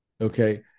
Okay